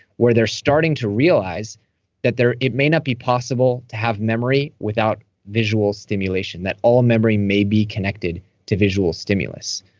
where they're starting to realize that there it may not be possible to have memory without visual stimulation that all memory may be connected to visual stimulus,